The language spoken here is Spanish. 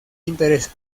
interesa